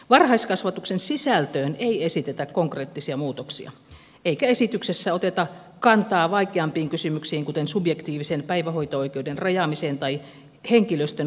varhaiskasvatuksen sisältöön ei esitetä konkreettisia muutoksia eikä esityksessä oteta kantaa vaikeampiin kysymyksiin kuten subjektiivisen päivähoito oikeuden rajaamiseen tai henkilöstön kelpoisuusvaatimuksiin